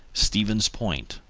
stevens point,